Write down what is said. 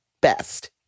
Best